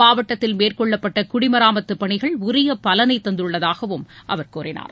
மாவட்டத்தில் மேற்கொள்ளப்பட்ட குடிமராமத்து பணிகள் உரிய பலனை தந்துள்ளதாகவும் அவர் தெரிவித்தார்